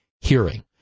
Hearing